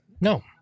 No